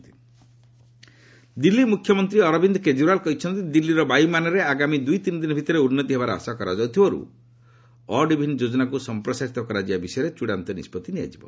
Delhi odd even Delhi ମୁଖ୍ୟମନ୍ତ୍ରୀ ଅରବିନ୍ଦ କେଜରିଓ୍ବାଲ୍ କହିଛନ୍ତି ଦିଲ୍ଲୀର ବାୟୁ ମାନରେ ଆଗାମୀ ଦୂଇ ତିନି ଦିନ ଭିତରେ ଉନ୍ନତି ହେବାର ଆଶା କରାଯାଉଥିବାରୁ ଅଡ୍ ଇଭିନ୍ ଯେଜନାକୁ ସମ୍ପ୍ରସାରିତ କରାଯିବା ବିଷୟରେ ଚୂଡ଼ାନ୍ତ ନିଷ୍କଭି ନିଆଯିବ